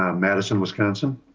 um madison wisconsin,